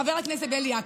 חבר הכנסת בליאק,